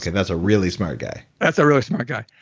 and that's a really smart guy that's a really smart guy.